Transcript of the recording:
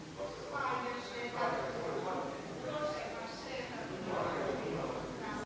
Hvala g.